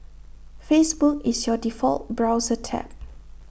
Facebook is your default browser tab